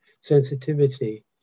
sensitivity